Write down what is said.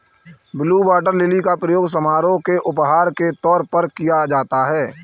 blue water lily का प्रयोग समारोह में उपहार के तौर पर किया जाता है